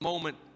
moment